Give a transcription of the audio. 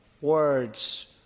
words